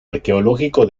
arqueológico